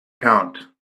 count